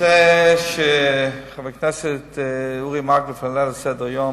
הנושא שחבר הכנסת אורי מקלב העלה על סדר-היום,